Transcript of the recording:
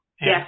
Yes